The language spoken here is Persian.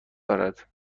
دارد